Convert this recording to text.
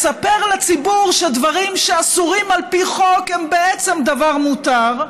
הוא מספר לציבור שדברים שאסורים על פי חוק הם בעצם דבר מותר,